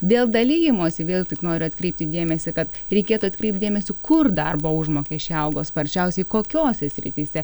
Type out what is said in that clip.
dėl dalijimosi vėl tik noriu atkreipti dėmesį kad reikėtų atkreipt dėmesį kur darbo užmokesčiai augo sparčiausiai kokiose srityse